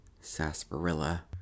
sarsaparilla